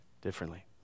differently